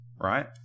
right